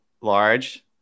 large